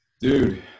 Dude